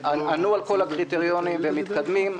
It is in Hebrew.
ענו על כל הקריטריונים והם מתקדמים.